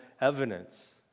evidence